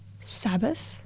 Sabbath